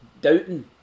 doubting